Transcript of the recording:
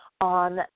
on